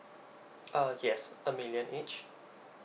oh yes a million each